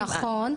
נכון,